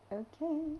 okay